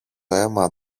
αίμα